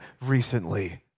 recently